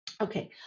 Okay